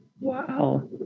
Wow